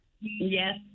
Yes